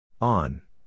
On